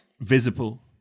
Visible